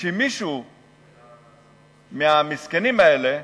שמישהו מהמסכנים האלה,